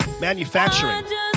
Manufacturing